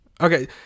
Okay